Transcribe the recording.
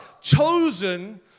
chosen